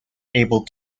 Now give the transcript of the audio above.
able